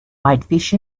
whitefish